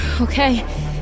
Okay